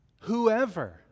whoever